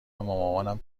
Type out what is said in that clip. مامان